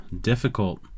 difficult